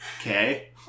Okay